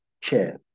chair